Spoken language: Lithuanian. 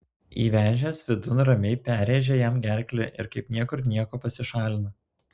įvežęs vidun ramiai perrėžia jam gerklę ir kaip niekur nieko pasišalina